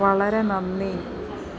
വളരെ നന്ദി